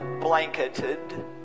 blanketed